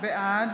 בעד